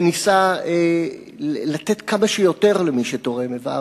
וניסה לתת כמה שיותר למי שתורם איבר,